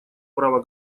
право